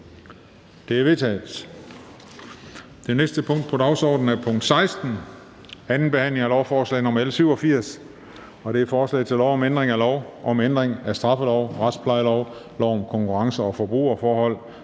Det er vedtaget. --- Det næste punkt på dagsordenen er: 16) 2. behandling af lovforslag nr. L 87: Forslag til lov om ændring af lov om ændring af straffeloven, retsplejeloven, lov om konkurrence- og forbrugerforhold